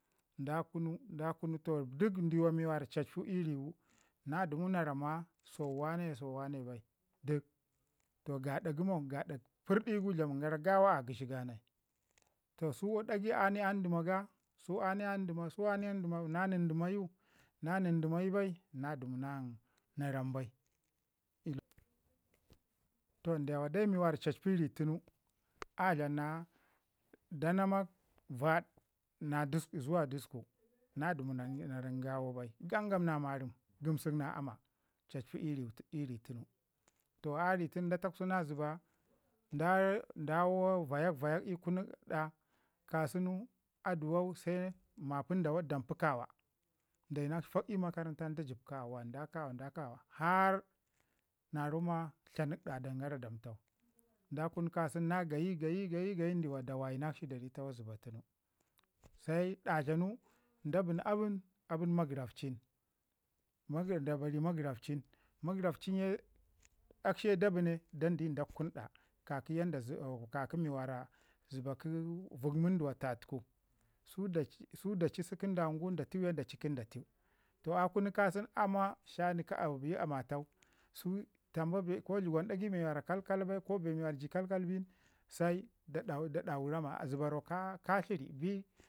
da knu da kunu toh duk ndawa mi cacpi ii riwu na ramma so wane so wane bai duk gaɗa kəmo gaɗa pərdi di gu dlamin gara gawa a gəshi ganai. Toh su dagci ani an dəma ga, su ani a dəma ga, su ani, su ani na nən dəma yu na nən dəmu yu bai na dəmu nan na rami bai. Toh ndawa dai mi cacpi ritunu danamak vaɗ na dəsku zuwa dəsku na dəmu na ran gawu bai gangum na marəm gəmsak na ama cacpi "ii ri ii ri" tunu, toh a ri tunu da taksina zəba nda da vayak vayak ii kunu ɗa ka sunu aduwau se mapəndawaɗ dan pi kawa dayi nakshi fak ii makaranta da jəb kawa nda kawa nda kawa har na ramma tlanək da dengara damtau da kunu kasan na gayi gayi ndiwa da wayinakshi da ri takwas zəba tunu. Sai ɗa tlanu da bən abən da bən magəracin da buri magəracin, magəfcin akshi da bəna. Dan di ndak kunɗa ka kə yada zəba vak munduwa tatku su da ci kə dangu dati ke da ci kə da ti, toh a kunu kaswn amma shaii kə bik amatau su tambe bee ko dləgwan dagai mi wara kalkal bai ko bee wara ji kalkal bai sai da dawi rama a zəba ro ka tləri bi,